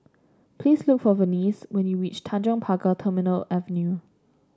please look for Venice when you reach Tanjong Pagar Terminal Avenue